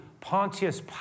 Pontius